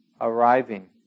arriving